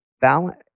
balance